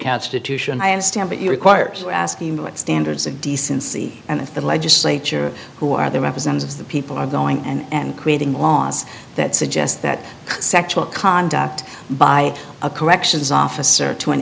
what standards of decency and if the legislature who are the representatives of the people are going and creating laws that suggests that sexual conduct by a corrections officer to an